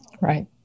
Right